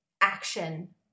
action